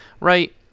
right